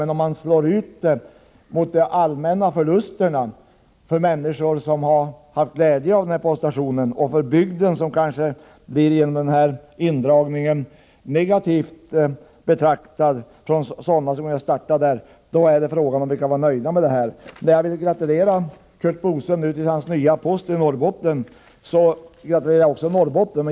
Men om det ställs mot de allmänna förlusterna för de människor som haft glädje av denna poststation och för bygden, som kanske kan komma att betraktas som negativ av dem som tänkt starta verksamhet där, blir frågan om vi kan vara nöjda med en sådan här indragning. När jag nu gratulerar Curt Boström till hans nya post i Norrbotten, vill jag samtidigt gratulera Norrbotten.